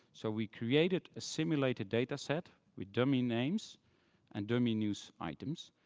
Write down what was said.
so we created a simulated dataset with dummy names and dummy news items.